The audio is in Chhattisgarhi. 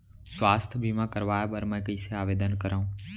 स्वास्थ्य बीमा करवाय बर मैं कइसे आवेदन करव?